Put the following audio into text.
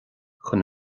chun